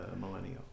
millennial